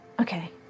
Okay